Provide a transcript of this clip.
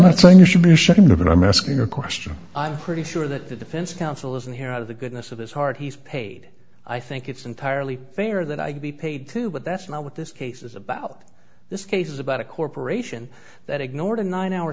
not saying you should be ashamed of and i'm asking a question i'm pretty sure that the defense counsel isn't here out of the goodness of his heart he's paid i think it's entirely fair that i be paid too but that's not what this case is about this case is about a corporation that ignored a nine hour